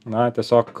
na tiesiog